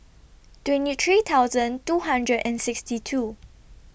twenty three thousand two hundred and sixty two